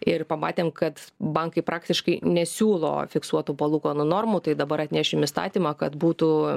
ir pamatėm kad bankai praktiškai nesiūlo fiksuotų palūkanų normų tai dabar atnešim įstatymą kad būtų